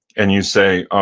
and you say,